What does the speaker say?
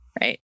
Right